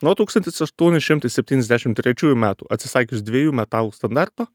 nuo tūkstantis aštuoni šimtai septyniasdešimt trečiųjų metų atsisakius dviejų metalų standarto